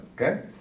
okay